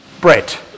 Brett